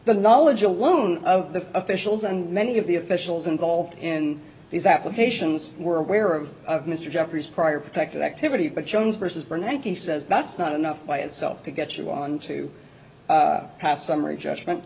the knowledge alone of the officials and many of the officials involved in these applications were aware of of mr jeffries prior protected activity but jones versus bernanke he says that's not enough by itself to get you on to pass summary judgment